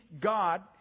God